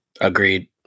Agreed